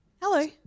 Hello